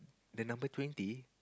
the number twenty